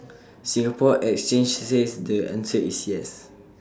Singapore exchange says the answer is yes